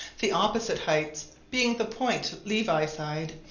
the opposite heights, being the point levi side,